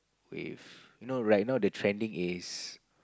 with you know right now the trending is